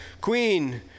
Queen